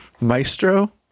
Maestro